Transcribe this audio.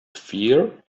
fear